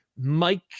Mike